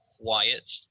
quiet